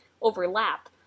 overlap